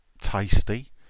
tasty